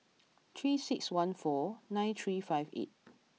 three six one four nine three five eight